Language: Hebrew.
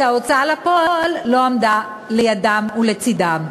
כי ההוצאה לפועל לא עמדה לידם ולצדם.